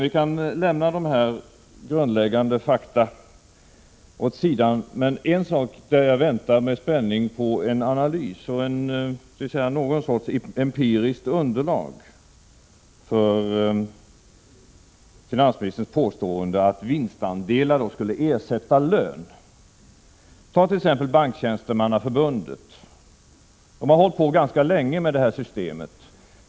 Vi kan lämna dessa grundläggande fakta åt sidan, men på en punkt väntar jag med spänning på någon sorts empiriskt underlag för finansministerns påstående att vinstandelar skulle ersätta lön. Banktjänstemannaförbundet, t.ex., har hållit på ganska länge med det här systemet.